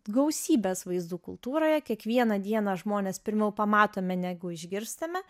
gausybės vaizdų kultūroje kiekvieną dieną žmones pirmiau pamatome negu išgirstame